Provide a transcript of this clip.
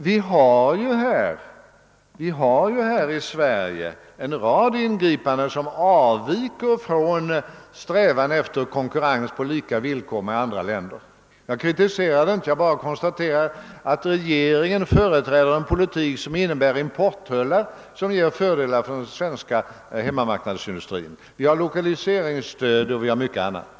Vi har ju här i Sverige en rad ingripanden som avviker från strävandena efter konkurrens på lika ' villkor med andra länder. Jag kritiserar inte det, jag bara konstaterar, att regeringen företräder en politik som innebär importtullar som ger fördelar för den svenska hemmamarknadsindustrin. Vi har även 1lokaliseringsstöd och vi har mycket annat.